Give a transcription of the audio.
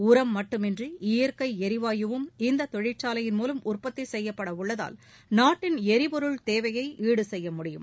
உரம் மட்டுமின்றி இயற்கை எரிவாயுவும் இந்த தொழிற்சாலையின் மூலம் உற்பத்தி செய்யப்படவுள்ளதால் நாட்டின் எரிபொருள் தேவையை ஈடுசெய்ய முடியும்